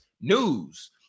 news